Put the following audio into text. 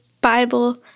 Bible